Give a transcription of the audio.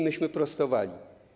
Myśmy prostowali.